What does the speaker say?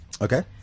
Okay